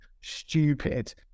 stupid